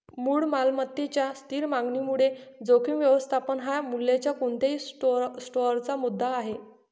मूळ मालमत्तेच्या स्थिर मागणीमुळे जोखीम व्यवस्थापन हा मूल्याच्या कोणत्याही स्टोअरचा मुद्दा आहे